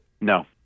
No